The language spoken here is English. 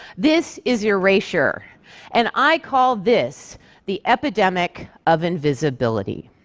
this is erasure, and i call this the epidemic of invisibility.